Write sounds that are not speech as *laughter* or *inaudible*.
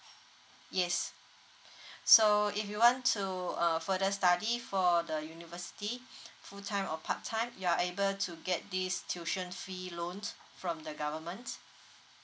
yes *breath* so if you want to uh further study for the university *breath* full time or part time you are able to get this tuition fee loans from the government